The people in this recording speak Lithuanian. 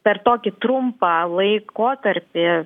per tokį trumpą laikotarpį